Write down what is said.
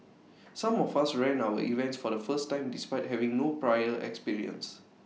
some of us ran our events for the first time despite having no prior experience